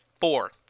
four